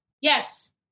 yes